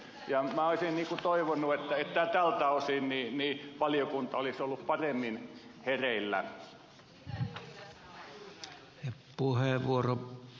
minä olisin toivonut että tältä osin valiokunta olisi ollut paremmin hereillä